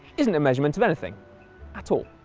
isn't a measurement of anything at all.